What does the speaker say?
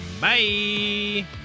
Bye